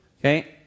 Okay